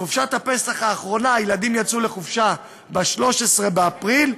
בחופשת הפסח האחרונה הילדים יצאו לחופשה ב-13 באפריל,